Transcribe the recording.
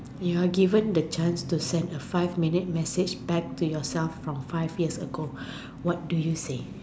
you are given a chance to send a five minute message back to yourself from five years ago what do you say